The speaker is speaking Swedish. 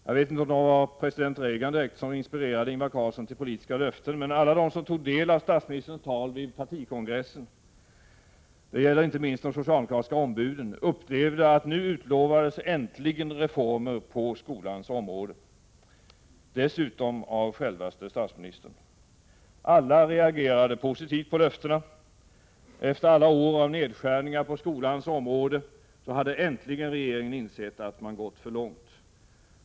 Jag vet inte om det var president Reagan som inspirerade Ingvar Carlsson till politiska löften, men alla de som tog del av statsministerns tal vid partikongressen — det gällde inte minst de socialdemokratiska ombuden — upplevde att det nu äntligen utlovades reformer på skolans område, dessutom av självaste statsministern. Alla reagerade positivt på löftena. Efter alla år av nedskärningar på skolans område hade äntligen regeringen insett att man gått för långt.